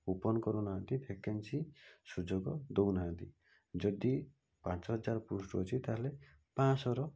open କରୁ ନାହାଁନ୍ତି vacancy ସୁଯୋଗ ଦେଉନାହାଁନ୍ତି ଯଦି ପାଞ୍ଚ ହଜାର ପୋଷ୍ଟ୍ ଅଛି ତା'ହେଲେ ପାଞ୍ଚ ଶହର